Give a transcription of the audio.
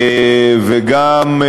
וגם,